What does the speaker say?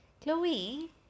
Chloe